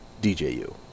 DJU